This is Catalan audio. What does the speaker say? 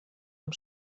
amb